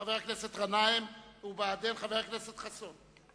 חבר הכנסת גנאים, ובעדין, חבר הכנסת חסון.